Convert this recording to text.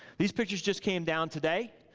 these pictures just came down today.